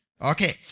Okay